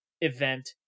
event